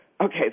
okay